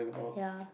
ya